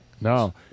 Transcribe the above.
No